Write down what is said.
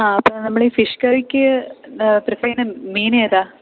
ആ അപ്പം നമ്മൾ ഈ ഫിഷ് കറിക്ക് പ്രിപ്പെയർ ചെയ്യുന്ന മീൻ ഏതാണ്